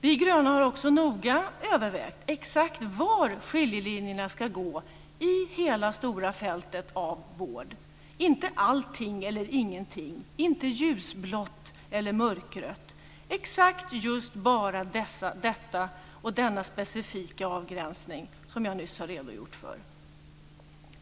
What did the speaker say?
Vi gröna har också noga övervägt exakt var skiljelinjerna ska gå i hela det stora fältet av vård - inte allting eller ingenting och inte ljusblått eller mörkrött, utan exakt just bara detta och denna specifika avgränsning som jag nyss har redogjort för.